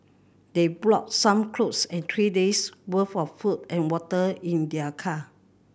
they brought some cloth and three days' worth of food and water in their car